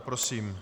Prosím.